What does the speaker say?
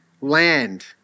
land